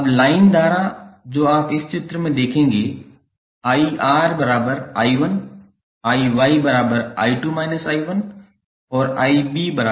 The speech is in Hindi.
अब लाइन धारा जो आप इस चित्र में देखेंगे IR I1 IY I2 − I1 और IB −I2